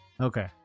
Okay